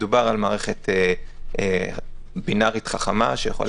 מדובר על מערכת בינארית חכמה שיכולה